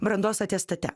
brandos atestate